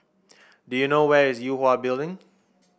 do you know where is Yue Hwa Building